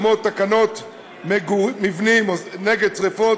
כמו תקנות מבנים נגד שרפות,